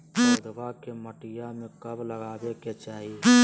पौधवा के मटिया में कब लगाबे के चाही?